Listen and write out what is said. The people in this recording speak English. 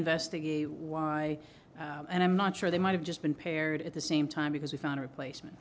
investigate why and i'm not sure they might have just been paired at the same time because we found a replacement